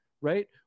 right